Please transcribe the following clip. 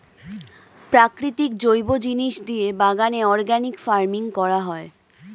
প্রাকৃতিক জৈব জিনিস দিয়ে বাগানে অর্গানিক ফার্মিং করা হয়